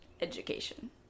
education